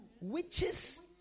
Witches